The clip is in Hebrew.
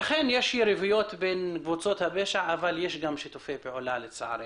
אכן יש יריבויות בין קבוצות הפשע אבל לצערנו יש גם שיתופי פעולה.